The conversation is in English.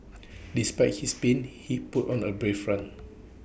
despite his pain he put on A brave front